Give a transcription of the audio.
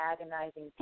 agonizing